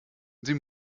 sie